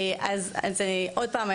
אז עוד פעם,